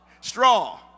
Straw